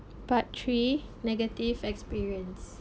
part three negative experience